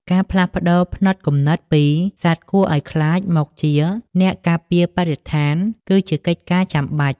ការផ្លាស់ប្តូរផ្នត់គំនិតពី "សត្វគួរឱ្យខ្លាច" មកជា "អ្នកការពារបរិស្ថាន" គឺជាកិច្ចការចាំបាច់។